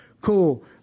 cool